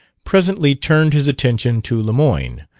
presently turned his attention to lemoyne,